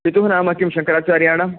पितुः नाम किं शङ्कराचार्याणां